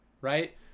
right